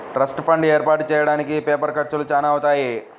trust fund ఏర్పాటు చెయ్యడానికి paper ఖర్చులు చానా అవుతాయి